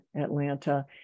Atlanta